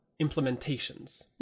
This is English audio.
implementations